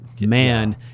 Man